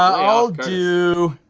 um i'll do